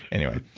anyway.